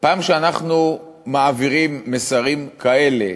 כאשר אנחנו מעבירים מסרים כאלה